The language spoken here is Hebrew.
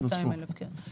קצת פחות מ-200 אלף, כן.